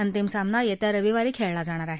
अंतिम सामना येत्या रविवारी खेळला जाणार आहे